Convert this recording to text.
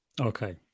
Okay